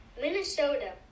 Minnesota